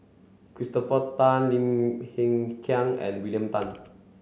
Christopher Tan Lim Hng Kiang and William Tan